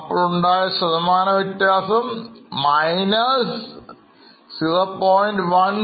അപ്പോൾ ഉണ്ടായ ശതമാന വ്യത്യാസം 0